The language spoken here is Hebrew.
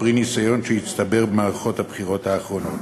פרי ניסיון שהצטבר במערכות הבחירות האחרונות.